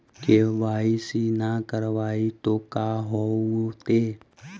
KYC न करवाई तो का हाओतै?